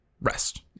rest